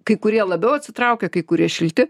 kai kurie labiau atsitraukia kai kurie šilti